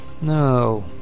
No